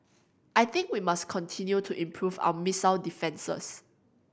I think we must continue to improve our missile defences